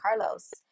Carlos